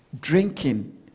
drinking